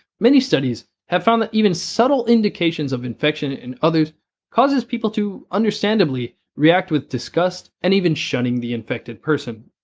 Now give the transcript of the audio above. many studies have found that even subtle indications of infection in others causes people to understandably react with disgust and even shunning the infected person.